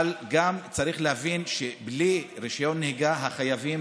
אבל גם צריך להבין שבלי רישיון נהיגה החייבים